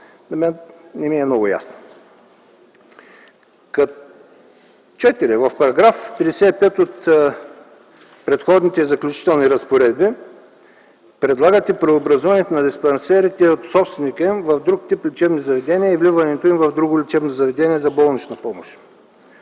– не ми е много ясно. Четвърто, в § 55 от Преходните и заключителните разпоредби предлагате преобразуването на диспансерите от собственика им в друг тип лечебни заведения и вливането им в друго лечебно заведение за болнична помощ.